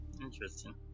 interesting